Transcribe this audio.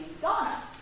Donna